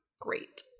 Great